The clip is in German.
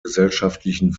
gesellschaftlichen